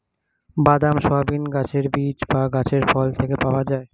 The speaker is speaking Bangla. বাদাম, সয়াবিন গাছের বীজ বা গাছের ফল থেকে পাওয়া যায়